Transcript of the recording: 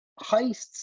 heists